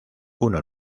uno